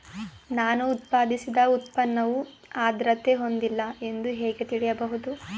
ನಾನು ಉತ್ಪಾದಿಸಿದ ಉತ್ಪನ್ನವು ಆದ್ರತೆ ಹೊಂದಿಲ್ಲ ಎಂದು ಹೇಗೆ ತಿಳಿಯಬಹುದು?